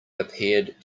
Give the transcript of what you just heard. appeared